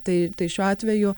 tai tai šiuo atveju